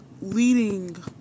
Leading